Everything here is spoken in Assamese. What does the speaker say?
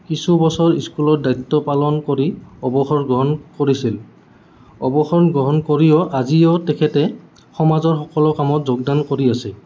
কিছু বছৰ স্কুলৰ দায়িত্ব পালন কৰি অৱসৰ গ্ৰহণ কৰিছিল অৱসৰ গ্ৰহণ কৰিও আজিও তেখেতে সমাজৰ সকলো কামত যোগদান কৰি আছে